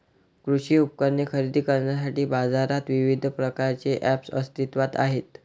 कृषी उपकरणे खरेदी करण्यासाठी बाजारात विविध प्रकारचे ऐप्स अस्तित्त्वात आहेत